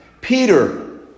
Peter